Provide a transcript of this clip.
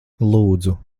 lūdzu